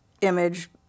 image